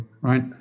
right